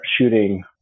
shooting